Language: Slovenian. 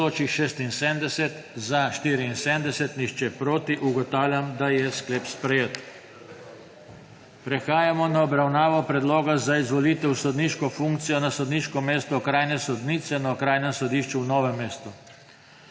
glasovalo 74.)(Proti nihče.) Ugotavljam, da je sklep sprejet. Prehajamo na obravnavo Predloga za izvolitev v sodniško funkcijo na sodniško mesto okrajne sodnice na Okrajnem sodišču v Novem mestu.